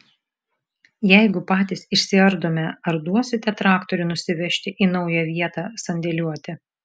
jeigu patys išsiardome ar duosite traktorių nusivežti į naują vietą sandėliuoti